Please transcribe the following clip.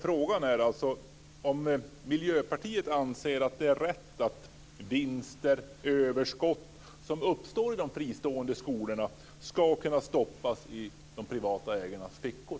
Frågan är om Miljöpartiet anser att det är rätt att vinster och överskott som uppstår i de fristående skolorna ska kunna stoppas i de privata ägarnas fickor.